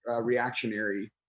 reactionary